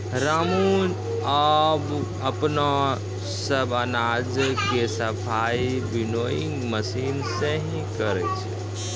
रामू आबॅ अपनो सब अनाज के सफाई विनोइंग मशीन सॅ हीं करै छै